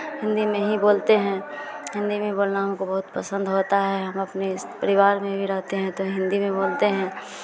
हिन्दी में ही बोलते हैं हिन्दी में बोलना हमको बहुत पसंद होता है हम अपने परिवार में भी रहते हैं तो हिन्दी में बोलते हैं